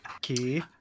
Key